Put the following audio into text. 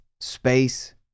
space